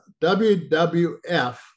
WWF